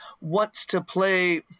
wants-to-play